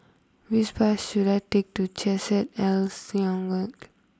which bus should I take to Chesed El